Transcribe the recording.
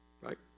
right